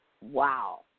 Wow